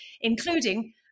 including